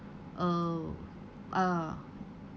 uh ah